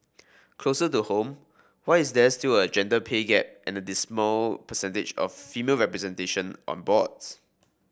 closer to home why is there still a gender pay gap and a dismal percentage of female representation on boards